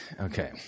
okay